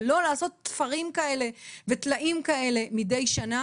ולא לעשות תפרים וטלאים כאלה מדי שנה.